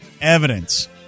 evidence